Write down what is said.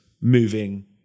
moving